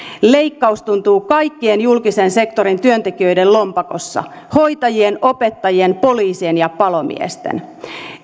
leikkaus tuntuu kaikkien julkisen sektorin työntekijöiden lompakossa hoitajien opettajien poliisien ja palomiesten